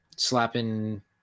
slapping